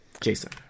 jason